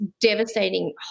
devastating